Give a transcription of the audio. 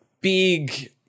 big